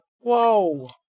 Whoa